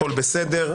הכול בסדר.